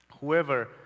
Whoever